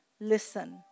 listen